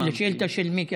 לשאילתה של מיקי.